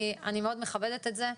אני מאוד מכבדת את זה.